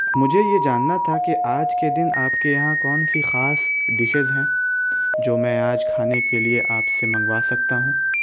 مجھے یہ جاننا تھا کہ آج کے دن آپ کے یہاں کون سی خاص ڈشیز ہیں جو میں آج کھانے کے لیےآپ سے منگوا سکتا ہوں